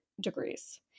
degrees